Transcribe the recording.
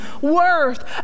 worth